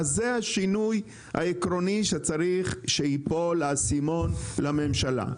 אז זה השינוי העקרוני שצריך שייפול האסימון לממשלה.